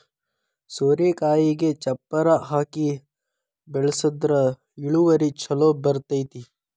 ಸೋರೆಕಾಯಿಗೆ ಚಪ್ಪರಾ ಹಾಕಿ ಬೆಳ್ಸದ್ರ ಇಳುವರಿ ಛಲೋ ಬರ್ತೈತಿ